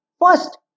first